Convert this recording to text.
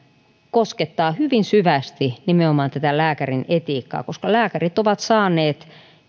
koskettaa hyvin syvästi nimenomaan lääkärin etiikkaa koska lääkärit ovat saaneet